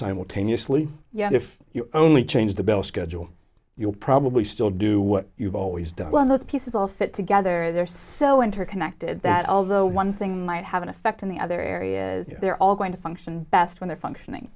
simultaneously yet if you only change the bell schedule you'll probably still do what you've always done well both pieces all fit together they're so interconnected that although one thing might have an effect on the other areas they're all going to function best when they're functioning